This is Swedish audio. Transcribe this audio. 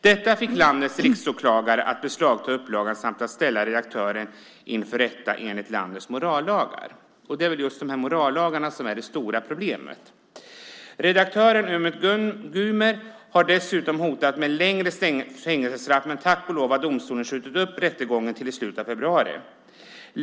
Detta fick landets riksåklagare att beslagta upplagan samt att ställa redaktören inför rätta enligt landets morallagar. Det är väl just morallagarna som är det stora problemet. Redaktören Umut Guner har dessutom hotats med ett längre fängelsestraff, men tack och lov har domstolen skjutit upp rättegången till i slutet av februari.